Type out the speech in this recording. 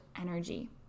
energy